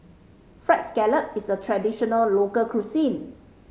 Fried Scallop is a traditional local cuisine